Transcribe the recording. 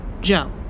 Joe